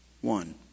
one